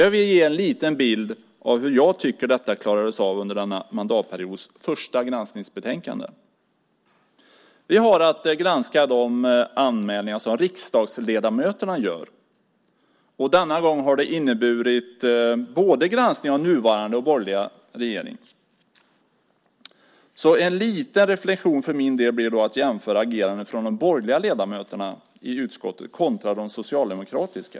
Jag vill ge en liten bild av hur jag tycker att detta klarades av under denna mandatperiods första granskningsbetänkande. Vi har att granska de anmälningar som riksdagsledamöterna gör. Denna gång har det inneburit granskning av både den tidigare och den nuvarande, borgerliga, regeringen. En liten reflexion blir för min del att jämföra agerandet från de borgerliga ledamöterna i utskottet med de socialdemokratiska.